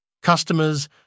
Customers